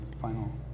final